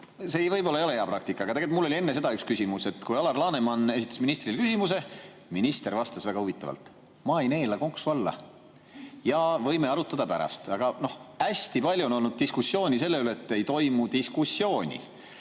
See võib-olla ei ole hea praktika. Aga mul oli enne seda üks küsimus, et kui Alar Laneman esitas ministrile küsimuse, siis minister vastas väga huvitavalt: ma ei neela konksu alla ja võime arutada pärast. Aga hästi palju on olnud diskussiooni selle üle, et ei toimu diskussiooni,